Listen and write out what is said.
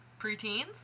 preteens